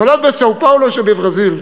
נולד בסאו-פאולו שבברזיל.